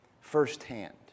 firsthand